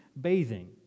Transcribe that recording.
bathing